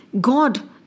God